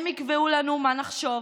הם יקבעו לנו מה נחשוב,